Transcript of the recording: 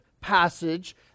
passage